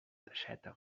teixeta